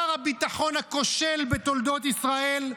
שר הביטחון הכושל במדינת ישראל.